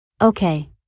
Okay